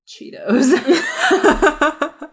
Cheetos